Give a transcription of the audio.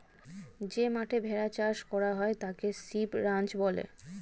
যে মাঠে ভেড়া চাষ করা হয় তাকে শিপ রাঞ্চ বলে